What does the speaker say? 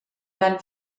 van